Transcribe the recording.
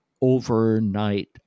overnight